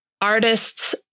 artists